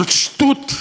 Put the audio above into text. זאת שטות,